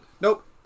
Nope